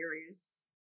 series